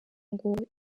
ngo